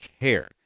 care